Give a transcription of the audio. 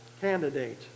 candidate